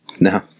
No